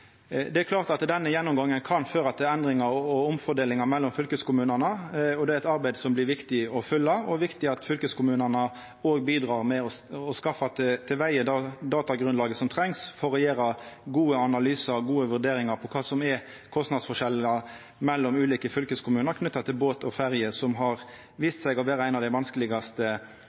Det er klart at denne gjennomgangen kan føra til endringar og omfordelingar mellom fylkeskommunane. Dette er eit arbeid som vert viktig å følgja, og det er viktig at òg fylkeskommunane bidreg med å skaffa til veie det datagrunnlaget som trengs for å gjera gode analyser og gode vurderingar av kva som er kostnadsforskjellar mellom ulike fylkeskommunar knytte til båt og ferje, som har vist seg å vera eit av dei vanskelegaste